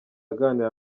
aganira